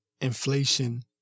inflation